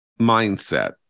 mindset